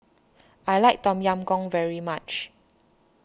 I like Tom Yam Goong very much